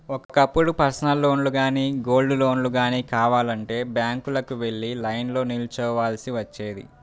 ఒకప్పుడు పర్సనల్ లోన్లు గానీ, గోల్డ్ లోన్లు గానీ కావాలంటే బ్యాంకులకు వెళ్లి లైన్లో నిల్చోవాల్సి వచ్చేది